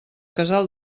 casal